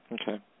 Okay